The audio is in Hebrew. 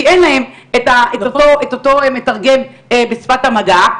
כי אין להם את אותו מתרגם בשפת המגע,